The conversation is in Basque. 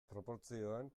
proportzioan